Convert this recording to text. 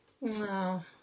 Wow